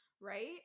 right